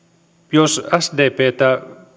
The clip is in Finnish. jos sdptä